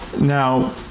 Now